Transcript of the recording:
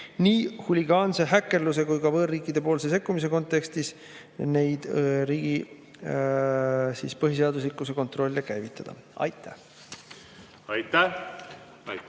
nii huligaanse häkkerluse kui ka võõrriikide sekkumise kontekstis neid riigi põhiseaduslikkuse kontrolle käivitada. Aitäh!